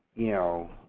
you know,